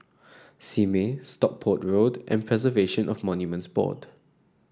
Simei Stockport Road and Preservation of Monuments Board